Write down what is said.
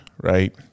right